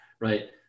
right